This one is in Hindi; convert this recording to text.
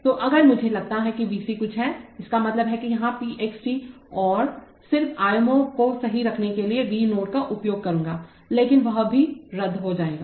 तोअगर मुझे लगता है कि V C कुछ है इसका मतलब है कि यहां p x t और सिर्फ आयामों को सही रखने के लिए मैं V नोड का उपयोग करूंगालेकिन वह कहीं भी रद्द हो जाएगा